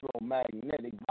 electromagnetic